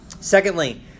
Secondly